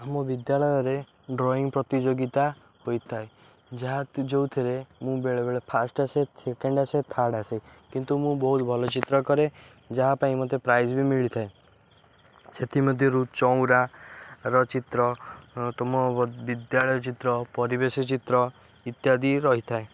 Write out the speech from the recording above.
ଆମ ବିଦ୍ୟାଳୟରେ ଡ୍ରଇଂ ପ୍ରତିଯୋଗିତା ହୋଇଥାଏ ଯାହା ଯେଉଁଥିରେ ମୁଁ ବେଳେବେଳେ ଫାଷ୍ଟ ଆସେ ସେକେଣ୍ଡ ଆସେ ଥାର୍ଡ଼ ଆସେ କିନ୍ତୁ ମୁଁ ବହୁତ ଭଲ ଚିତ୍ର କରେ ଯାହା ପାଇଁ ମୋତେ ପ୍ରାଇଜ ବି ମିଳିଥାଏ ସେଥିମଧ୍ୟରୁ ଚଉଁରାର ଚିତ୍ର ତୁମ ବିଦ୍ୟାଳୟ ଚିତ୍ର ପରିବେଶ ଚିତ୍ର ଇତ୍ୟାଦି ରହିଥାଏ